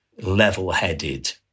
level-headed